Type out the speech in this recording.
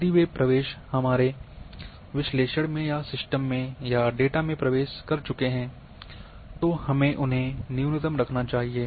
यदि वे प्रवेश हमारे विश्लेषण में या सिस्टम में या डेटा में प्रवेश कर चुके हैं तो हमें उन्हें न्यूनतम रखना चाहिए